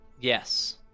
Yes